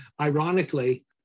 ironically